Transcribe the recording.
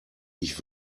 ich